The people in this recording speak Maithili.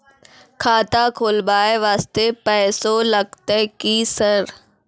खाता खोलबाय वास्ते पैसो लगते की सर?